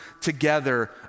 together